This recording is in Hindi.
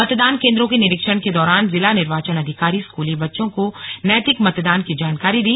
मतदान केन्द्रों के निरीक्षण के दौरान जिला निर्वाचन अधिकारी स्कूली बच्चों को नैतिक मतदान की जानकारी दी